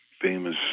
famous